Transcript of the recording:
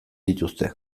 dituzte